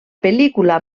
pel·lícula